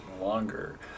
longer